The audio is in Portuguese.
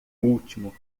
último